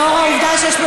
הודעה אישית.